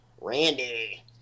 Randy